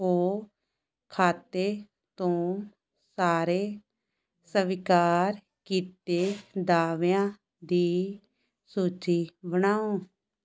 ਓ ਖਾਤੇ ਤੋਂ ਸਾਰੇ ਸਵੀਕਾਰ ਕੀਤੇ ਦਾਅਵਿਆਂ ਦੀ ਸੂਚੀ ਬਣਾਓ